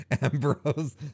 Ambrose